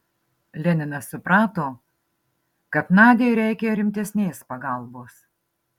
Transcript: leninas suprato kad nadiai reikia rimtesnės pagalbos